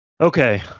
Okay